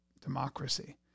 democracy